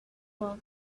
all